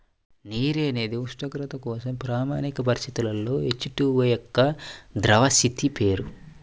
నీరు అనేది ఉష్ణోగ్రత కోసం ప్రామాణిక పరిస్థితులలో హెచ్.టు.ఓ యొక్క ద్రవ స్థితి పేరు